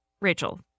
Rachel